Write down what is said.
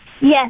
Yes